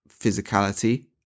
physicality